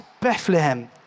Bethlehem